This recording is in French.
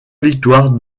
victoire